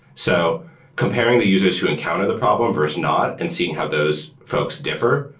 so comparing the users who encounter the problem versus not and seeing how those folks differ.